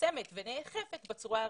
מיושמת ונאכפת בצורה הראויה.